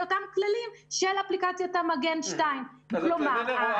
אותם כללים של אפליקציית מגן 2. כלומר,